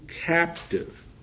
captive